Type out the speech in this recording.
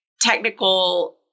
technical